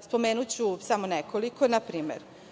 Spomenuću samo nekoliko. Na primer,